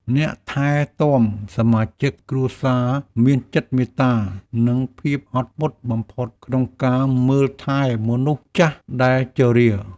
អ្នកថែទាំសមាជិកគ្រួសារមានចិត្តមេត្តា និងភាពអត់ធ្មត់បំផុតក្នុងការមើលថែមនុស្សចាស់ដែលជរា។